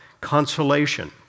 consolation